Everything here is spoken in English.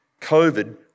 COVID